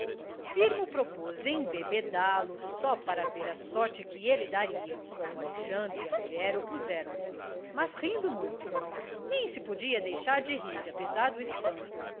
firmo propôs embebedá lo só para ver a sorte que ele daria o alexandre e a mulher opuseram se mas rindo muito nem se podia deixar de rir apesar do espanto